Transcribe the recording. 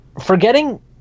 forgetting